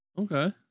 Okay